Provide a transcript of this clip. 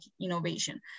innovation